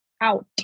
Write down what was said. out